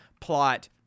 plot